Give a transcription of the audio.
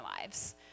lives